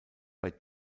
bei